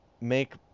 make